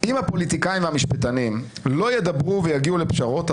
גם בעניין הזה הפרוצדורה פוגשת את